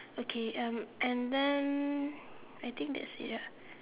okay um and then I think that's it ah